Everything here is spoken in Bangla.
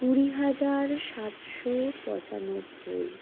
কুড়ি হাজার সাতশো পঁচানব্বই